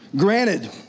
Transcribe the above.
Granted